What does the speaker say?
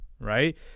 Right